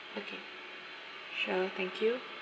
okay sure thank you